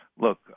Look